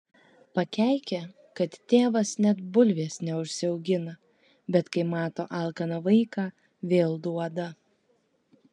pakeikia kad tėvas net bulvės neužsiaugina bet kai mato alkaną vaiką vėl duoda